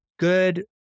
good